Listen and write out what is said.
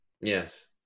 Yes